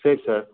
சரி சார்